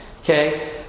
Okay